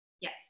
Yes